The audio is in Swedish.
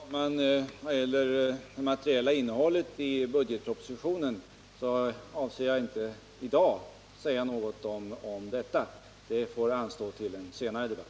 Herr talman! Vad gäller det materiella innehållet i budgetpropositionen, så avser jag inte att i dag säga något om detta. Det får anstå till en senare debatt.